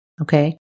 okay